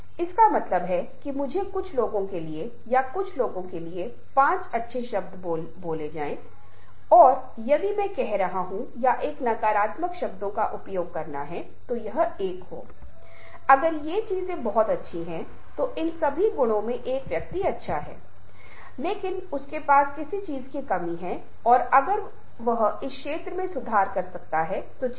इसलिए मुझे आशा है कि आप इन तत्वों को एक साथ जोड़ने में सक्षम होंगे और दिलचस्प तरीके से कहेंगे कि जब आप वास्तव में जो कुछ भी आपने यहां सीखा है उसे अपने कार्य स्थान पर अपने कॉलेज में अपने विश्वविद्यालय में अपनी नौकरी में आप जहा भी हो वहा लागू करें